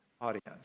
audience